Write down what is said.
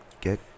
get